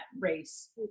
race